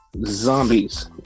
Zombies